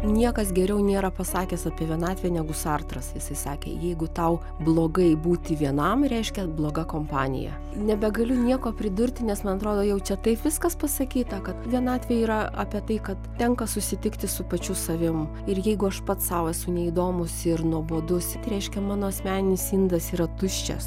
niekas geriau nėra pasakęs apie vienatvę negu sartras įsakė jeigu tau blogai būti vienam reiškia bloga kompanija nebegaliu nieko pridurti nes man atrodo jau čia taip viskas pasakyta kad vienatvė yra apie tai kad tenka susitikti su pačiu savim ir jeigu aš pats sau esu neįdomus ir nuobodus reiškia mano asmeninis indas yra tuščias